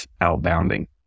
outbounding